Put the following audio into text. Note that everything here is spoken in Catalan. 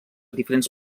diferents